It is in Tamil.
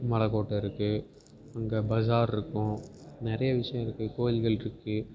மலைக்கோட்ட இருக்குது அங்கே பஜார் இருக்கும் நிறைய விஷயம் இருக்குது கோவில்கள் இருக்குது